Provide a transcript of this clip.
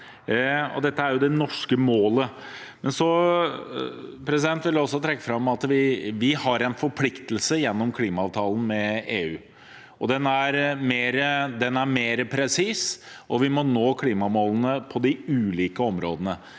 Dette er det norske målet. Jeg vil også trekke fram at vi har en forpliktelse gjennom klimaavtalen med EU. Den er mer presis, og vi må nå klimamålene på de ulike områdene.